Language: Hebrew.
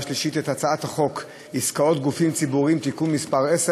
שלישית את הצעת חוק עסקאות גופים ציבוריים (תיקון מס' 10